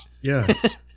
Yes